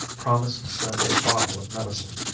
promised to send a bottle of medicine,